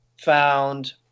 found